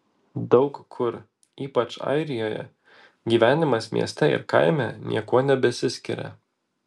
daug kur ypač airijoje gyvenimas mieste ir kaime niekuo nebesiskiria